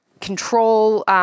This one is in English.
control